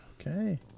Okay